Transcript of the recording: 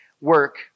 work